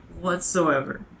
whatsoever